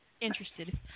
interested